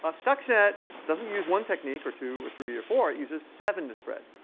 ah stuxnet doesn't use one technique, or two, or three, or four. it uses seven to spread.